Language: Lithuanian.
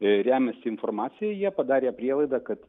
remiasi informacija jie padarė prielaidą kad